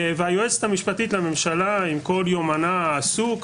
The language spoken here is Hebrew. והיועצת המשפטית לממשלה עם כל יומנה העסוק,